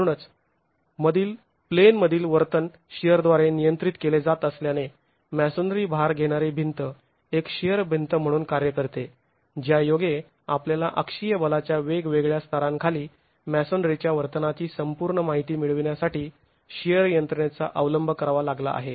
म्हणूनच मधील प्लेन मधील वर्तन शिअर द्वारे नियंत्रित केले जात असल्याने मॅसोनरी भार घेणारी भिंत एक शिअर भिंत म्हणून कार्य करते ज्या योगे आपल्याला अक्षीय बलाच्या वेगवेगळ्या स्तरांखाली मॅसोनरीच्या वर्तनाची संपूर्ण माहिती मिळविण्यासाठी शिअर यंत्रणेचा अवलंब करावा लागला आहे